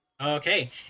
Okay